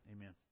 amen